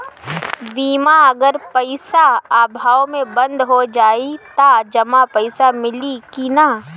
बीमा अगर पइसा अभाव में बंद हो जाई त जमा पइसा मिली कि न?